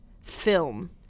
film